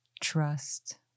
Trust